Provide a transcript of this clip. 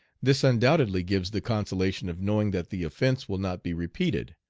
this undoubtedly gives the consolation of knowing that the offence will not be repeated,